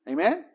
Amen